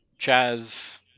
chaz